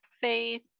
faith